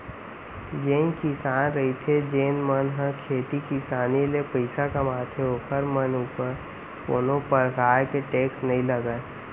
जेन किसान रहिथे जेन मन ह खेती किसानी ले पइसा कमाथे ओखर मन ऊपर कोनो परकार के टेक्स नई लगय